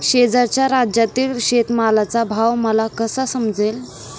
शेजारच्या राज्यातील शेतमालाचा भाव मला कसा समजेल?